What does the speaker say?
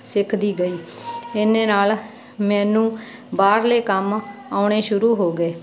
ਸਿੱਖਦੀ ਗਈ ਇੰਨੇ ਨਾਲ ਮੈਨੂੰ ਬਾਹਰਲੇ ਕੰਮ ਆਉਣੇ ਸ਼ੁਰੂ ਹੋ ਗਏ